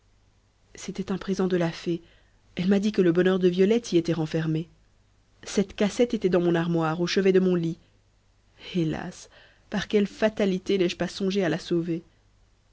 c'était un présent de la fée elle m'a dit que le bonheur de violette y était renfermé cette cassette était dans mon armoire au chevet de mon lit hélas par quelle fatalité n'ai-je pas songé à la sauver